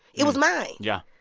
it was mine yeah.